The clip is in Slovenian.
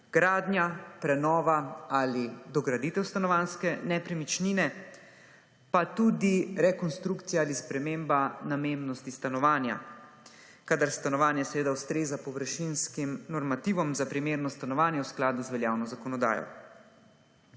gradnja, prenova ali dograditev stanovanjske nepremičnine, pa tudi rekonstrukcija ali sprememba namembnosti stanovanja. Kadar stanovanje seveda ustreza površinskim normativom za primerno stanovanje v skladu z veljavno zakonodajo.